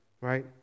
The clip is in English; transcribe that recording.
Right